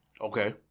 Okay